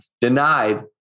denied